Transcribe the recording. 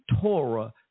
Torah